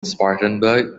spartanburg